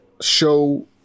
show